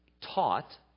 taught